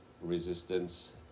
resistance